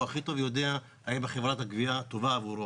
יודע הכי טוב אם חברת הגבייה טובה עבורה.